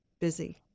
busy